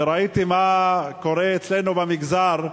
וראיתי מה קורה אצלנו במגזר,